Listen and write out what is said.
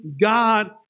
God